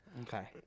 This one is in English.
okay